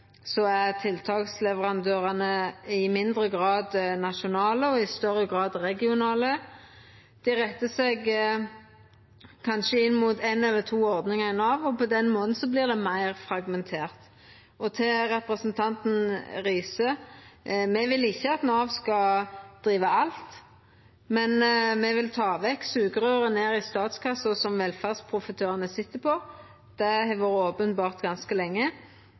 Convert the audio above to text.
er at tiltaksleverandørane på dette feltet i mindre grad er nasjonale og i større grad regionale. Dei rettar seg kanskje inn mot éin eller to ordningar i Nav, og på den måten vert det meir fragmentert. Til representanten Tonning Riise: Me vil ikkje at Nav skal driva alt, men me vil ta vekk sugerøyret ned i statskassa som velferdsprofitørane sit på. Det har vore openbert ganske lenge.